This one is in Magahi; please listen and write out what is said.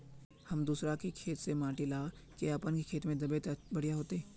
हम दूसरा के खेत से माटी ला के अपन खेत में दबे ते बढ़िया होते?